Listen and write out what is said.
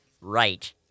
right